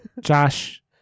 Josh